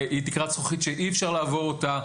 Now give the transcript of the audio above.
היא תקרת זכוכית שאי אפשר לעבור אותה.